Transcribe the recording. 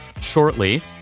shortly